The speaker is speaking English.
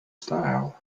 style